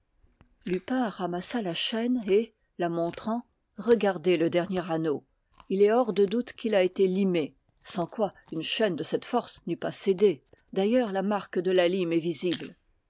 lupin ramassa la chaîne et la montrant regardez le dernier anneau il est hors de doute qu'il a été limé sans quoi une chaîne de cette force n'eût pas cédé d'ailleurs la marque de la lime est visible